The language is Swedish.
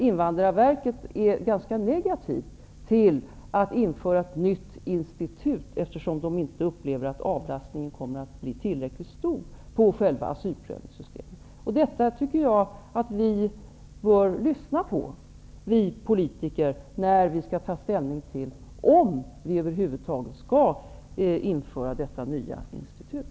Invandrarverket är ganska negativt till att införa ett nytt institut, eftersom verket inte upplever att avlastningen kommer att bli tillräckligt stor på själva systemet för asylprövning. Detta tycker jag att vi politiker bör lyssna på, när vi skall ta ställning till om vi över huvud taget skall införa detta nya institut.